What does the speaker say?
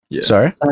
Sorry